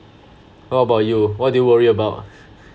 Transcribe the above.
what about you what do you worry about